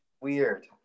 weird